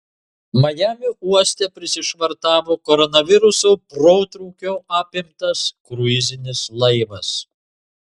majamio uoste prisišvartavo koronaviruso protrūkio apimtas kruizinis laivas